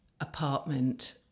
apartment